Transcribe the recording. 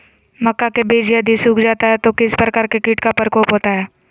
मक्का के बिज यदि सुख जाता है तो किस प्रकार के कीट का प्रकोप होता है?